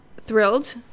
thrilled